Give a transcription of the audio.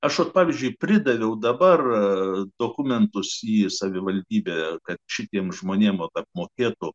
aš pavyzdžiui pridaviau dabar dokumentus į savivaldybę kad šitiems žmonėms apmokėtų